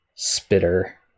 spitter